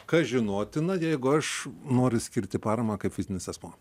kas žinotina jeigu aš noriu skirti paramą kaip fizinis asmuo